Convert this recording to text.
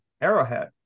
Arrowhead